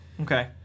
Okay